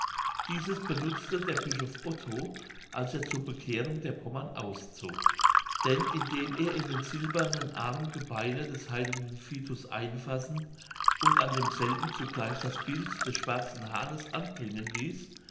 dieses benutzte der bischof otto als er zur bekehrung der pommern auszog denn indem er in den silbernen arm gebeine des heiligen vitus einfassen und an demselben zugleich das bild des schwarzen hahnes anbringen ließ